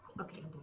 Okay